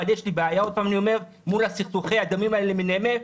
אבל יש לי בעיה מול סכסוכי הדמים האלה למיניהם,